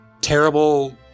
terrible